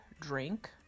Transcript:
drink